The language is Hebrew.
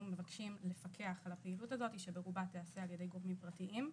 מבקשים לפקח על הפעילות הזאת שברובה תיעשה על ידי גופים פרטיים.